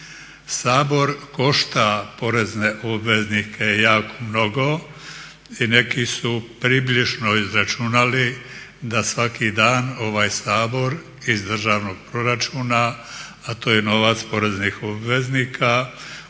Sabor košta porezne obveznike jako mnogo i neki su približno izračunali da svaki dan ovaj Sabor iz državnog proračuna, a to je novac poreznih obveznika